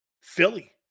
Philly